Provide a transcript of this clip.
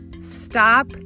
Stop